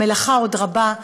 המלאכה עוד רבה.